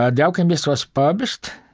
ah the alchemist was published,